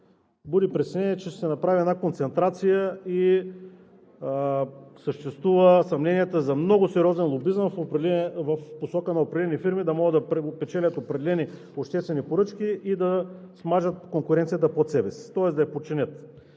буди притеснение, че ще се направи една концентрация и съществуват съмнения за много сериозен лобизъм в посока на определени фирми, за да могат да печелят определени обществени поръчки и да смажат конкуренцията пред себе си, тоест да я подчинят.